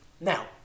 Now